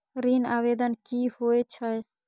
ऋण आवेदन की होय छै?